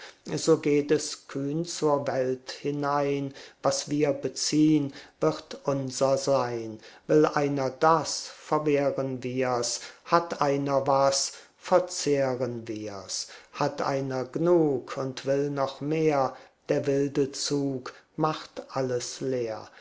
so geht es kühn zur welt hinein was wir beziehn wird unser sein will einer das verwehren wir's hat einer was verzehren wir's hat einer gnug und will noch mehr der wilde zug macht alles leer